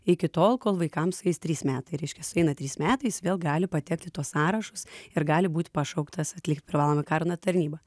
iki tol kol vaikam sueis trys metai reiškia sueina trys metai jis vėl gali patekt į tuos sąrašus ir gali būt pašauktas atlikt privalomą karo tarnybą